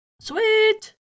Sweet